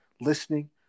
listening